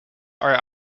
are